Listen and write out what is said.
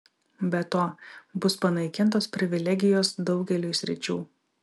be to bus panaikintos privilegijos daugeliui sričių